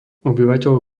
obyvateľ